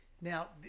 Now